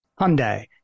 Hyundai